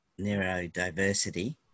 neurodiversity